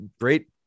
great